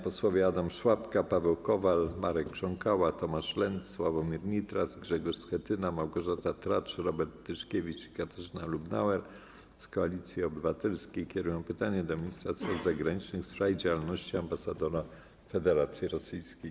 Posłowie Adam Szłapka, Paweł Kowal, Marek Krząkała, Tomasz Lenz, Sławomir Nitras, Grzegorz Schetyna, Małgorzata Tracz, Robert Tyszkiewicz i Katarzyna Lubnauer z Koalicji Obywatelskiej kierują pytanie do ministra spraw zagranicznych w sprawie działalności ambasadora Federacji Rosyjskiej.